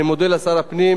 אני מודה לשר הפנים,